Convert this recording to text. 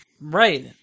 Right